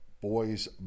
boys-